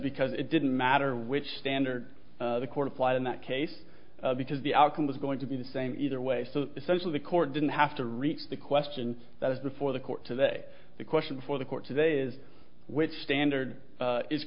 because it didn't matter which standard the court applied in that case because the outcome was going to be the same either way so essentially the court didn't have to reach the question that is before the court today the question before the court today is which standard